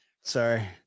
Sorry